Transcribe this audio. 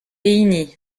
hini